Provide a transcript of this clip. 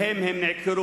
שמהם הם נעקרו,